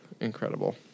incredible